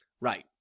Right